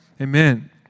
Amen